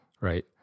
Right